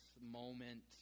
moment